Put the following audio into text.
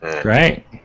Great